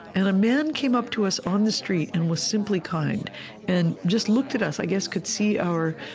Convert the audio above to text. and a man came up to us on the street and was simply kind and just looked at us, i guess could see our